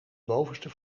bovenste